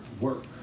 work